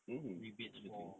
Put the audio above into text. mm exactly